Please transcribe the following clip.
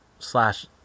slash